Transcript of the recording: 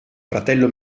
fratello